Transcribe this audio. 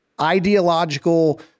ideological